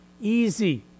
easy